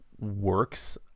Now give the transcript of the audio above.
works